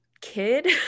kid